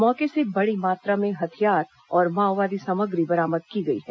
मौके से बड़ी मात्रा में हथियार और माओवादी सामग्री बरामद की गई हैं